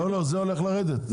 זה הולך לרדת.